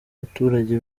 baturage